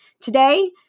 Today